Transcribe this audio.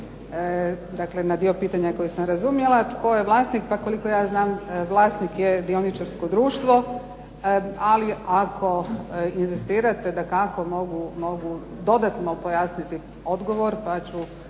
Dakle, na dio pitanja koji sam razumjela. Tko je vlasnik? Pa koliko ja znam vlasnik je dioničarsko društvo. Ali ako inzistirate mogu dodatno pojasniti odgovor pa ću